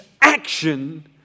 action